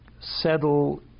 settle